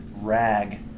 Rag